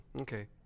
Okay